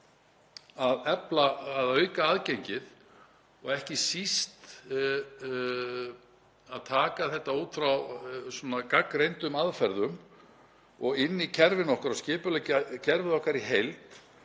og auka aðgengið og ekki síst að taka þetta út frá gagnreyndum aðferðum og inn í kerfin okkar og skipuleggja kerfið okkar í heild.